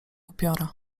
upiora